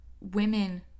Women